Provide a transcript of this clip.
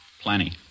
plenty